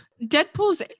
Deadpool's